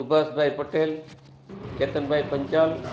Subhashbhai Patel Ketanbhai Panchal